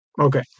Okay